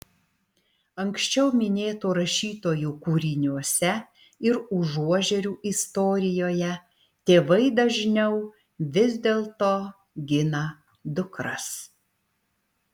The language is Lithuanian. anksčiau minėtų rašytojų kūriniuose ir užuožerių istorijoje tėvai dažniau vis dėlto gina dukras